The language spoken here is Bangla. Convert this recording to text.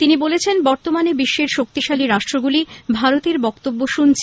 তিনি বলেন বতর্মানে বিশ্বের শক্তিশালী রাষ্ট্রগুলি ভারতের বক্তব্য শুনছে